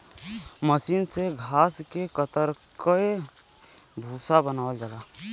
मसीन से घास के कतर के भूसा बनावल जाला